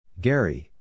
Gary